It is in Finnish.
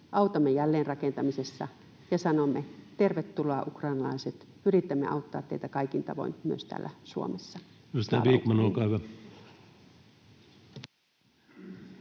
autamme jälleenrakentamisessa ja sanomme: tervetuloa ukrainalaiset, yritämme auttaa teitä kaikin tavoin myös täällä Suomessa. Slava